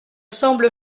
semble